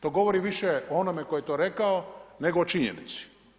To govori više o onome tko je to rekao nego o činjenici.